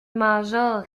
major